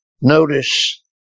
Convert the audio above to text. Notice